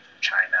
China